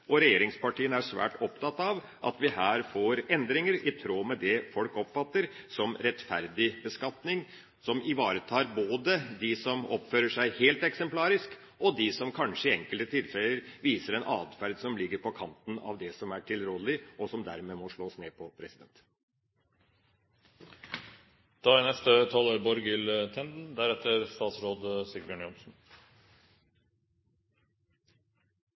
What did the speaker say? kartet. Regjeringspartiene er svært opptatt av at vi her får endringer i tråd med det folk oppfatter som en rettferdig beskatning som ivaretar både dem som oppfører seg helt eksemplarisk, og dem som kanskje i enkelte tilfeller viser en adferd som ligger på kanten av det som er tilrådelig, og som dermed må slås ned på.